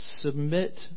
Submit